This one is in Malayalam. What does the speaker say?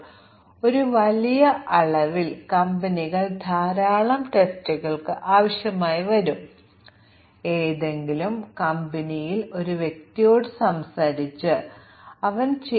ഞങ്ങൾക്ക് ഇവയും ആ തരത്തിലുള്ള ഫോൾട്ട്കളും ശരിക്കും പരിചയപ്പെടുത്താൻ കഴിയില്ല അൽഗോരിതം ഫോൾട്ട്കളും മറ്റും എടുത്താൽ കപ്ലിംഗ് എഫെക്ട് ശരിക്കും നിലനിൽക്കില്ല